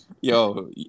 Yo